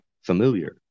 familiar